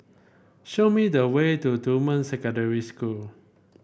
show me the way to Dunman Secondary School